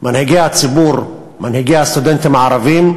מנהיגי הציבור, מנהיגי הסטודנטים הערבים,